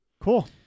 Cool